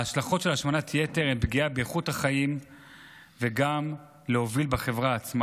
ההשלכות של השמנת יתר הן פגיעה באיכות החיים וגם בחברה עצמה,